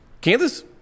Kansas